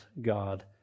God